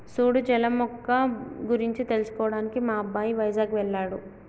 సూడు జల మొక్క గురించి తెలుసుకోవడానికి మా అబ్బాయి వైజాగ్ వెళ్ళాడు